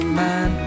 man